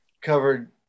covered